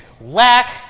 lack